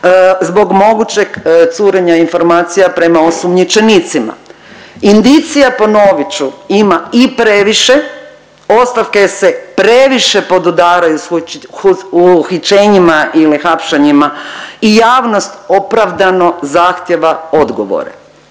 zbog mogućeg curenja informacija prema osumnjičenicima. Indicija ponovit ću ima i previše, ostavke se previše podudaraju sa uhićenjima ili hapšenjima i javnost opravdano zahtijeva odgovore.